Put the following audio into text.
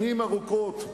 שנים ארוכות.